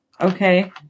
Okay